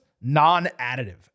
non-additive